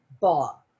Bob